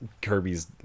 Kirby's